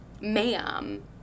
ma'am